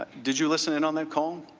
ah did you listen in on that call?